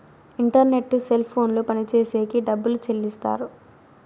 internet cell ఫోన్లు పనిచేసేకి డబ్బులు చెల్లిస్తారు